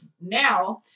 now